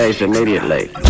immediately